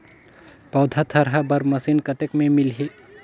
पौधा थरहा बर मशीन कतेक मे मिलही?